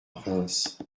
reims